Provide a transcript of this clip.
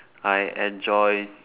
I enjoy